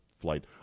flight